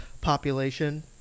population